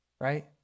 right